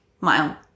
mile